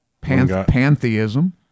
Pantheism